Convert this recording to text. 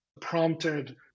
prompted